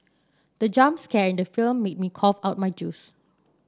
the jump scare in the film made me cough out my juice